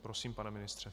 Prosím, pane ministře.